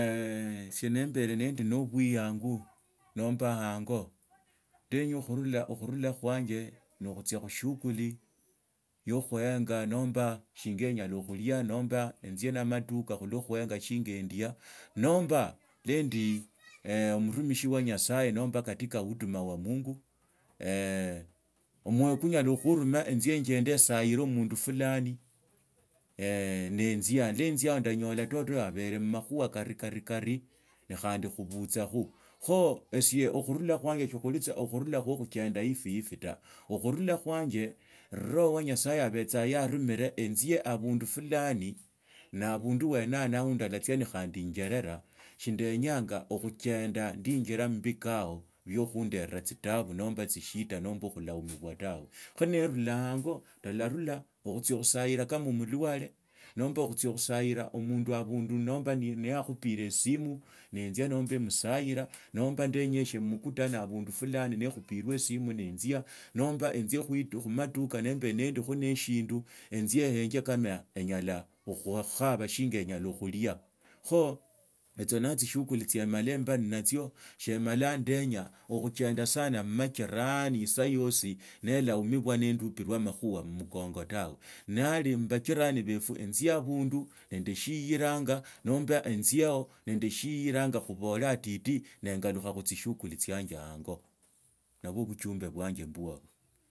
nembe nendi ni buiyangu noimba qnye ndeanye khusula oxhurula kwanja nokhutsia khushughuli yokhuenya nomba shinga enyala khulia, nomba enzie na amaduka khulwa khuwenga shinya endia nomba lwa ndi omurumishi wa nyasaye nomba katika huduma ya mungu omwoyi kunyala khuuruma enjie enjende sahire omundu koloni nenzia, lwe nziayo ndanyolo dodo abera mumakhuha karu kari kavi khandi khubutsakho. So esia okhurula khwanje sikhuli tsa okhurula kwo khuchenda huihui tawe. Okhurula khwanje roho wa nyasaye abatsea urumile enzie abundu fulani na abundu wene yaho wa ndalatsia nakhandi enjerelaa. Shindeanyanga okhurhenda nindii injila mubikao tsitabu nomba tsishida nomba kulaumi kwa tawe kho niirula aanga ndaratula okhutsia khusaila ka omulwale nomba khutsia khusaira omundu abandu nomba niyakhupirs esimu nenzia bomba emusa etsio ne tsishughuli tsie mala mba nnatsia saa mala ndenyi okhuchenda sana mujirani esaa yasi naelaumibwa nendupirwa amakhuba mmukongu tawe nali maajirani barwe enjie abundu nende shiiranga nomba enzieo nende shiiranya khubolekho atiti neengalukha khutsishughuli tsianje ango.